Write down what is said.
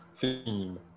theme